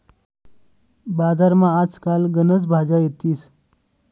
बजारमा आज काल गनच भाज्या येतीस